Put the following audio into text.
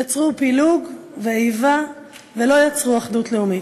יצר פילוג ואיבה ולא אחדות לאומית.